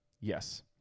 Yes